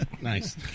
Nice